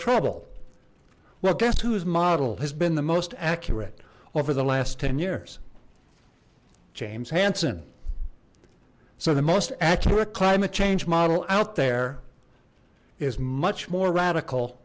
trouble well guess who's model has been the most accurate over the last ten years james hansen so the most accurate climate change model out there is much more radical